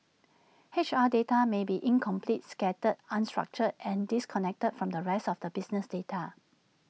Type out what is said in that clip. H R data may be incomplete scattered unstructured and disconnected from the rest of the business data